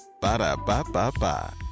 Ba-da-ba-ba-ba